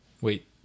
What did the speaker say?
Wait